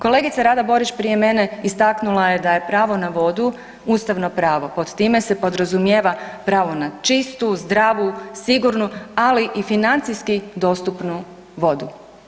Kolegica Rada Borić prije mene istaknula je da je pravo na vodu ustavno pravo, pod time se podrazumijeva pravo na čistu, zdravu, sigurnu, ali i financijski dostupnu vodu.